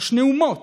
או שתי אומות,